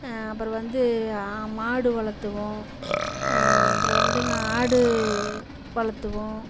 அப்புறம் வந்து மாடு வளர்த்துவோம் அப்புறம் வந்துங்க ஆடு வளர்த்துவோம்